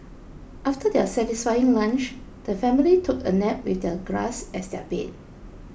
after their satisfying lunch the family took a nap with the grass as their bed